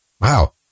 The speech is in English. Wow